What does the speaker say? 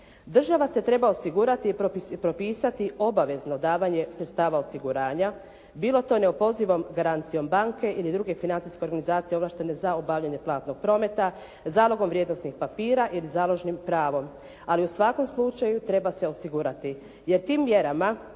Država se treba osigurati i propisati obavezno davanje sredstava osiguranja bilo to neopozivom garancijom banke ili druge financijske organizacije ovlaštene za obavljanje platnog prometa zalogom vrijednosnih papira ili založnim pravom. Ali u svakom slučaju treba se osigurati jer tim mjerama